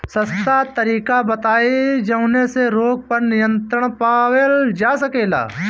सस्ता तरीका बताई जवने से रोग पर नियंत्रण पावल जा सकेला?